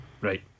Right